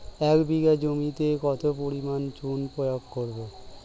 এক বিঘা জমিতে কত পরিমাণ চুন প্রয়োগ করব?